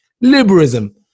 Liberalism